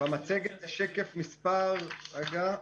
בשקף מספר, רגע.